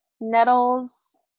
Nettles